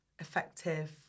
effective